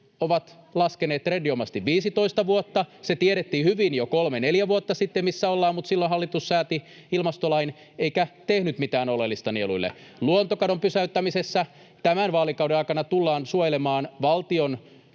ovat laskeneet trendinomaisesti 15 vuotta. Se tiedettiin hyvin jo 3—4 vuotta sitten, missä ollaan, mutta silloin hallitus sääti ilmastolain eikä tehnyt mitään oleellista nieluille. Luontokadon pysäyttämisessä tämän vaalikauden aikana tullaan suojelemaan valtion